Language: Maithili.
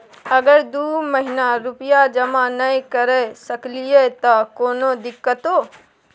अगर दू महीना रुपिया जमा नय करे सकलियै त कोनो दिक्कतों?